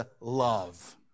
love